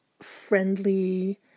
friendly